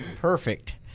Perfect